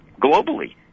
globally